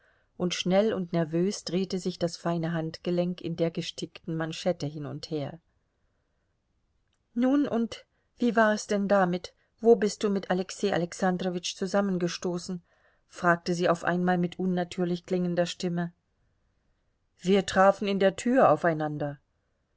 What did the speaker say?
und schnell und nervös drehte sich das feine handgelenk in der gestickten manschette hin und her nun und wie war es denn damit wo bist du mit alexei alexandrowitsch zusammengestoßen fragte sie auf einmal mit unnatürlich klingender stimme wir trafen in der tür aufeinander